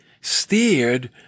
steered